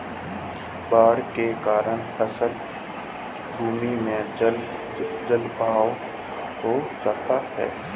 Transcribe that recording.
बाढ़ के कारण फसल भूमि में जलजमाव हो जाता है